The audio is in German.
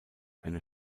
eine